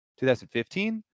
2015